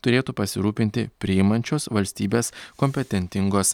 turėtų pasirūpinti priimančios valstybės kompetentingos